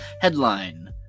Headline